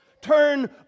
Turn